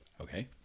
Okay